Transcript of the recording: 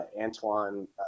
Antoine